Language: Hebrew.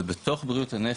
אבל בתוך בריאות הנפש,